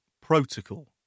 protocol